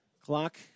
Clock